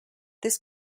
this